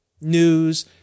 news